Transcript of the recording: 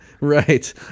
Right